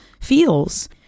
feels